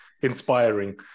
inspiring